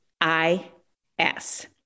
I-S